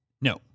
No